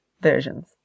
versions